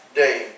day